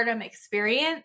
experience